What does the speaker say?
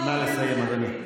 נא לסיים, אדוני.